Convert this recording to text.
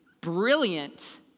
brilliant